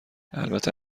البته